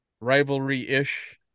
rivalry-ish